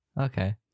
Okay